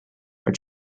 are